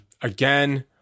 Again